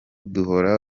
duhora